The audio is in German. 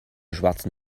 schwarzen